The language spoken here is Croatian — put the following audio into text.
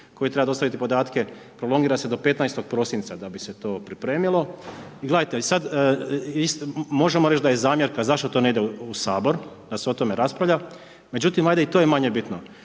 koji treba dostaviti podatke, prolongira se do 15. prosinca da bi se to pripremilo i gledajte, sada, možemo reći da je zamjerka zašto to ne ide u Sabor, da se o tome raspravlja, međutim, i to je manje bitno.